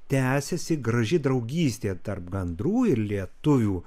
tęsiasi graži draugystė tarp gandrų ir lietuvių